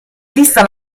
vista